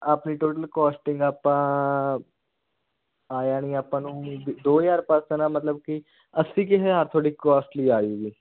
ਆਪਣੀ total costing ਆਪਾਂ ਆ ਜਾਣੀ ਆਪਾਂ ਨੂੰ ਦੋ ਹਜ਼ਾਰ ਪਰਸਨ ਹੈ ਮਤਲਬ ਕਿ ਅੱਸੀ ਕੁ ਹਜ਼ਾਰ ਤੁਹਾਡੀ ਕੋਸਟਲੀ ਆਜੂਗੀ